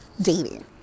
Dating